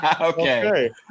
Okay